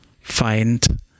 find